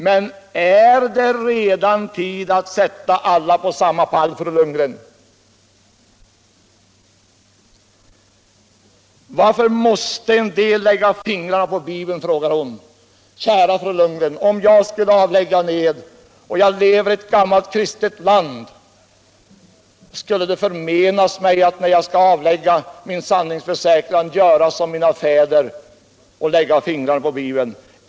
Men är det redan tid att sätta alla på samma pall, fru Thunvall? Varför måste en del lägga fingrarna på bibeln? frågar hon. Kära fru Thunvall! Skulle det förmenas mig att när jag skall avlägga min sanningsförsäkran och jag lever i ett gammalt kristet land göra som mina fäder och lägga fingrarna på Bibeln?